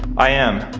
i am.